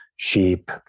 sheep